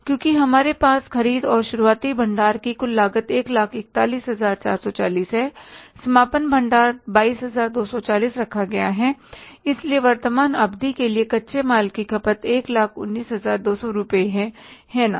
क्योंकि हमारे पास ख़रीद और शुरुआती भंडार की कुल लागत 141440 है समापन भंडार 22240 रखा गया है इसलिए वर्तमान अवधि के लिए कच्चे माल की खपत 119200 रुपये है है ना